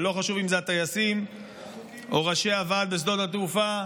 ולא חשוב אם זה הטייסים או ראשי הוועד בשדות התעופה,